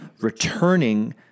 returning